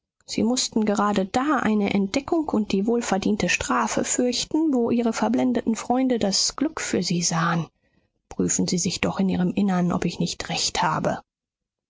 sie mußten gerade da eine entdeckung und die wohlverdiente strafe fürchten wo ihre verblendeten freunde das glück für sie sahen prüfen sie sich doch in ihrem innern ob ich nicht recht habe